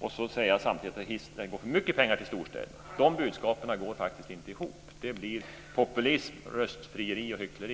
och samtidigt säga att det går för mycket pengar till storstäderna. De budskapen går faktiskt inte ihop. Det blir populism, röstfrieri och hyckleri.